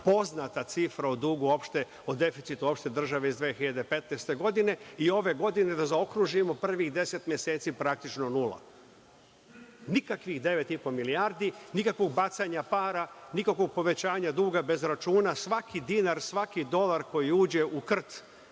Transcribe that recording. poznata cifra o dugu, o deficitu opšte države iz 2015. godine. Da zaokružimo, ove godine u prvih deset meseci je praktično nula. Nikakvih 9,5 milijardi, nikakvog bacanja para, nikakvog povećanja duga bez računa, čak dinar, svaki dolar koji uđe u krt,